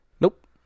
Nope